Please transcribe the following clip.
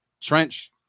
Trench